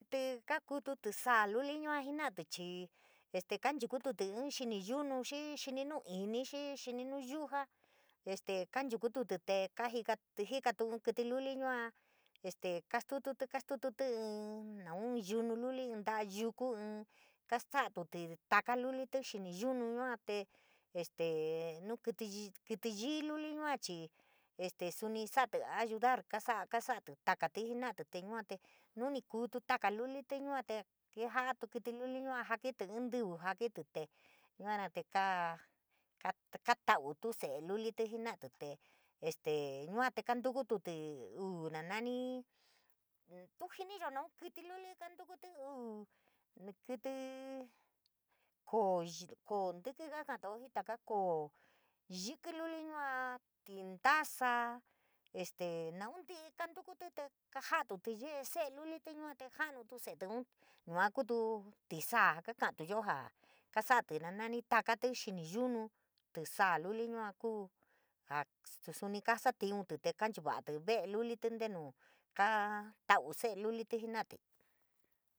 Kítí kaa kuutu tisaa luli yua jii na'atí chii kanchukututí inn xini yunu xii xini nuu inii, xii xini nuuyuja esgte kanchukututí tee kajikatí, jikatuu inn kítí luli yua este kastututí, kastututí inn naun yunu luli, inn ta'a yuku inn kasa'atutí takalulití, xini yunu yua te este, nuu kítí yii luli yua chii este suni sa'atí ayudar kasa'a, kasa'atí takatí jena'atí te yua te nuni kuutu takalulití yua te, yua te keja'atu kítíluli yua jakití inn ntívíí, jakití, te yua na te kaa kata'autu se'e lulití jena'atí, te este yua te kantukutí uu nani tuu jiniyo nuu kítíluli kantukutí uu kítí koo yiiki, koo ntiki, kaa ka'antaa jii taka koo yikiluli, yua tindasa, este naun ntí'í kantukutí tee kaja'atutí yee se'elulití, yua te janutu se'etí un yua kutu tísaa kaka'antuyoo jaa kasa'atí ja nani takatí xini yunu, tísaa luli yua kuu jaa suni kaa saa tiuntí te ka'anchuva'atí ve'elulití ntenuu kata'uu se'elulití jena'atí.